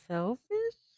Selfish